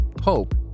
Hope